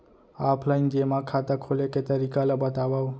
Offline जेमा खाता खोले के तरीका ल बतावव?